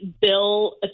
bill